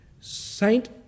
Saint